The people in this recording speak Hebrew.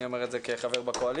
אני אומר את זה כחבר בקואליציה,